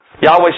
Yahweh